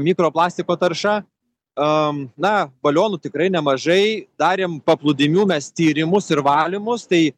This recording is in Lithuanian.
mikroplastiko tarša na balionų tikrai nemažai darėm paplūdimių mes tyrimus ir valymus tai